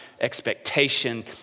expectation